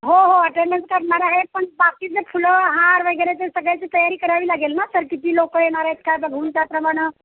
हो हो अटेंडन्स करणार आहेत पण बाकीचे फुलं हार वगैरे ते सगळ्याची तयारी करावी लागेल ना सर किती लोकं येणार आहेत काय बघून त्याप्रमाणं